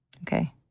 Okay